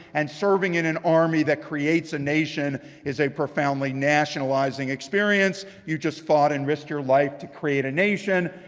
and serving in an army that creates a nation is a profoundly nationalizing experience. you just fought and risked your life to create a nation.